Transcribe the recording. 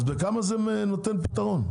אז בכמה זה נותן פתרון?